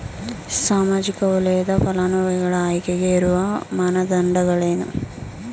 ಸಾಮಾಜಿಕ ವಲಯದ ಫಲಾನುಭವಿಗಳ ಆಯ್ಕೆಗೆ ಇರುವ ಮಾನದಂಡಗಳೇನು?